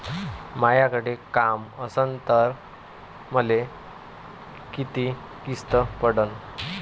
मायाकडे काम असन तर मले किती किस्त पडन?